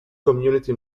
community